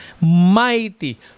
mighty